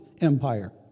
Empire